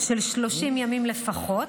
של 30 ימים לפחות,